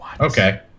Okay